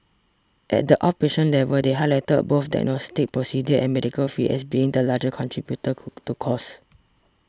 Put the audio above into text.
at the outpatient level they highlighted both diagnostic procedures and medical fees as being the largest contributor to costs